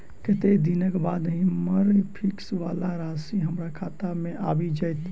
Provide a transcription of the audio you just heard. कत्तेक दिनक बाद हम्मर फिक्स वला राशि हमरा खाता मे आबि जैत?